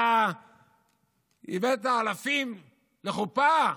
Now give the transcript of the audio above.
אתה הבאת אלפים לחופה.